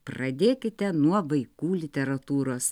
pradėkite nuo vaikų literatūros